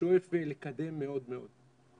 ושואף לקדם מאוד מאוד.